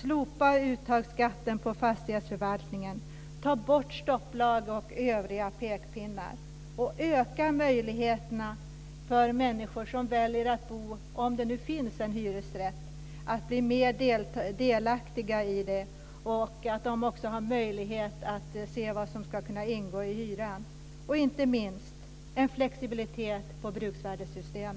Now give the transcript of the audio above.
Slopa uttagsskatten på fastighetsförvaltningen! Ta bort stopplag och övriga pekpinnar! Öka möjligheterna för människor som väljer att bo i hyresrätt, om det nu finns sådana, att bli mer delaktiga så att de ska kunna se vad som ingår i hyran! Och inte mist: Se till att bruksvärdessystemet